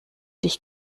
dich